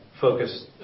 focused